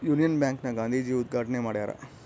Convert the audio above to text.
Union Bank ನ ಗಾಂಧೀಜಿ ಉದ್ಗಾಟಣೆ ಮಾಡ್ಯರ